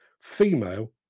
female